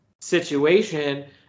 situation